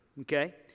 okay